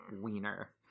wiener